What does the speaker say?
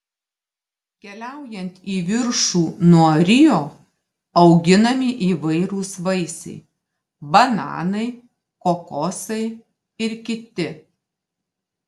keliaujant į viršų nuo rio auginami įvairūs vaisiai bananai kokosai ir kiti